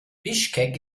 bischkek